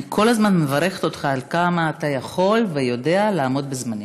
אני כל הזמן מברכת אותך על כמה אתה יכול ויודע לעמוד בזמנים.